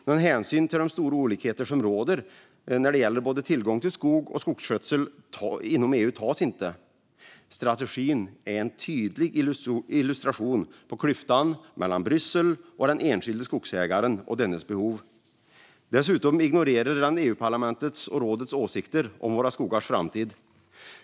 Någon hänsyn till de stora olikheter som råder inom EU när det gäller både tillgång till skog och skogsskötsel tas inte. Strategin är en tydlig illustration av klyftan mellan Bryssel och den enskilde skogsägaren och dennes behov. Dessutom ignorerar den Europaparlamentets och rådets åsikter om våra skogars framtid.